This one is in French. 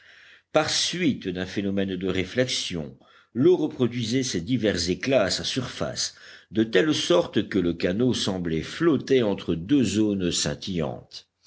par suite d'un phénomène de réflexion l'eau reproduisait ces divers éclats à sa surface de telle sorte que le canot semblait flotter entre deux zones scintillantes